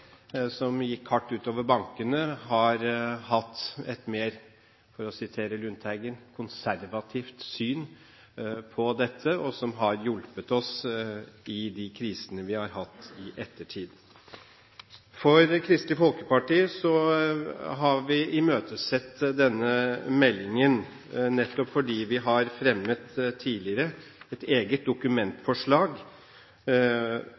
som gikk hardt ut over bankene – har hatt et, for å si det med Lundteigen, mer konservativt syn på dette, noe som har hjulpet oss i de krisene vi har hatt i ettertid. For Kristelig Folkeparti har vi imøtesett denne meldingen nettopp fordi vi tidligere har fremmet et eget Dokument